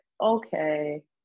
okay